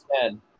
Ten